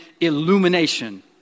illumination